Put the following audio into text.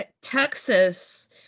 texas